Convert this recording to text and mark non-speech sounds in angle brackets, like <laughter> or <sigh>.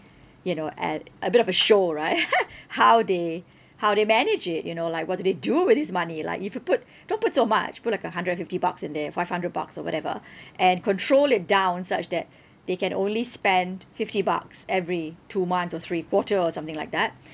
you know at a bit of a show right <laughs> how they how they manage it you know like what do they do with this money like if you put don't put so much put like a hundred and fifty bucks in there five hundred bucks or whatever and control it down such that they can only spend fifty bucks every two months or three quarter or something like that